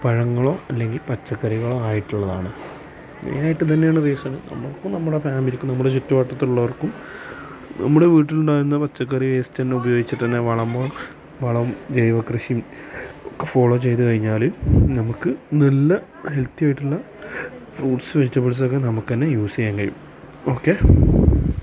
പഴങ്ങളോ അല്ലെങ്കിൽ പച്ചക്കറികളോ ആയിട്ടുള്ളതാണ് മെയിനായിട്ട് ഇതുതന്നെയാണ് റീസണ് നമുക്കും നമ്മുടെ ഫാമിലിക്കും നമ്മുടെ ചുറ്റുവട്ടത്തുള്ളവർക്കും നമ്മുടെ വീട്ടിലുണ്ടായിരുന്ന പച്ചക്കറി വേസ്റ്റ് തന്നെ ഉപയോഗിച്ചിട്ട് തന്നെ വളമോ വളം ജൈവക്കൃഷി ഒക്കെ ഫോളോ ചെയ്തു കഴിഞ്ഞാൽ നമുക്ക് നല്ല ഹെൽത്തി ആയിട്ടുള്ള ഫ്രൂട്ട്സ് വെജിറ്റബിൾസ് ഒക്കെ നമുക്കുതന്നെ യൂസ് ചെയ്യാൻ കഴിയും ഓക്കേ